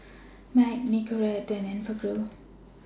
Mac Nicorette and Enfagrow